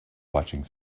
watching